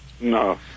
No